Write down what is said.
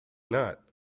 not